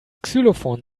xylophon